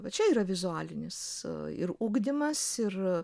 va čia yra vizualinis ir ugdymas ir